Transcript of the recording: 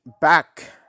back